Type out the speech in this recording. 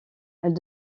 elles